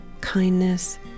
kindness